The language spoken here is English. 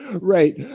right